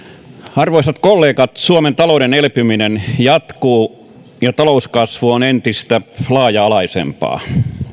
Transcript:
arvoisat kollegat suomen talouden elpyminen jatkuu ja talouskasvu on entistä laaja alaisempaa